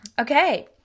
Okay